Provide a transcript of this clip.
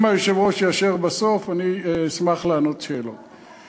אם היושב-ראש יאשר בסוף, אני אשמח לענות על שאלות.